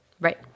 right